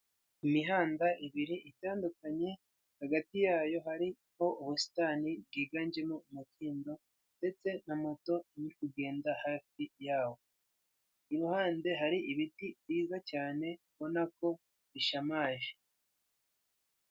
Imihanda ibiri itandukanye, hagati yayo hariho ubusitani bwiganjemo umukindo, ndetse na moto ni kugenda hafi yawo. Iruhande hari ibiti byiza cyane, ubona ko bishamaje.